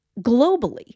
globally